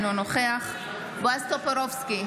אינו נוכח בועז טופורובסקי,